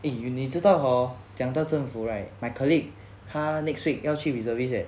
eh you 你知道 hor 讲到政府 right my colleague 他 next week 要去 reservist eh